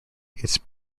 its